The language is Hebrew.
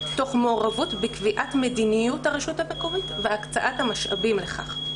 תוך מעורבות בקביעת מדיניות הרשות המקומית והקצאת המשאבים לכך".